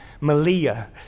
Malia